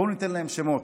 בוא ניתן להם שמות: